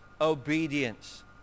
obedience